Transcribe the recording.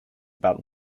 about